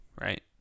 Right